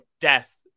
death